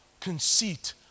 conceit